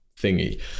thingy